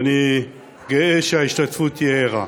ואני גאה שההשתתפות היא ערה,